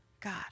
God